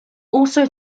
also